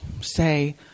say